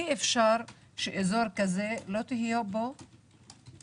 אי-אפשר שאזור כזה לא תהיה בו